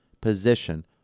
position